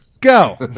go